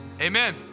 Amen